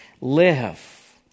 live